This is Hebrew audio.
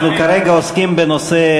כרגע אנחנו עוסקים בנושא,